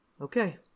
Okay